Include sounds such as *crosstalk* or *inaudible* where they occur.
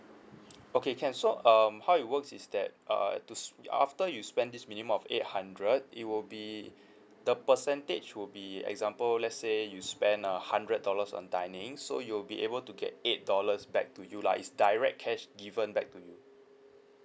*noise* okay can so um how it works is that err to sp~ after you spend this minimum of eight hundred it will be the percentage will be example let's say you spend a hundred dollars on dining so you'll be able to get eight dollars back to you lah is direct cash given back to you